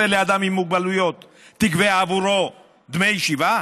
לאדם עם מוגבלויות תגבה עבורו דמי ישיבה?